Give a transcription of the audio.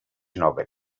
nobel